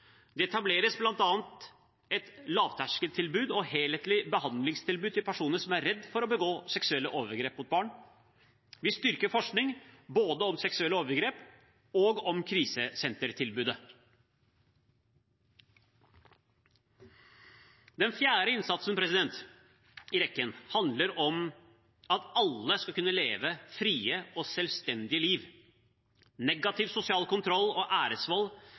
Det etableres bl.a. et lavterskeltilbud og helhetlig behandlingstilbud for personer som er redd for å begå seksuelle overgrep mot barn. Vi styrker forskning, både om seksuelle overgrep og om krisesentertilbudet. Den fjerde innsatsen i rekken handler om at alle skal kunne leve et fritt og selvstendig liv. Negativ sosial kontroll og æresvold